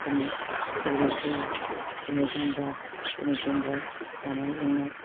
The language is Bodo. दिनै सिग्रेट जौ दिनै गानजा दिनै देनद्राइद जानाय लोंनाय